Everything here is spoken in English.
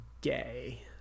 gay